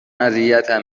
اذیتم